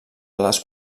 les